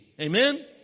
Amen